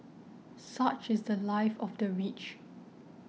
such is the Life of the rich